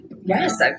Yes